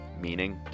meaning